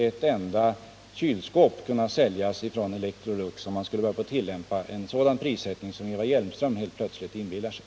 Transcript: En sådan prissättning som Eva Hjelmström inbillar sig skulle vara möjlig skulle förvisso medföra att Electrolux icke skulle kunna sälja ett enda kylskåp i Sverige.